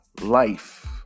life